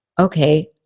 okay